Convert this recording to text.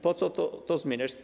Po co to zmieniać?